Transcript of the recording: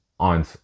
on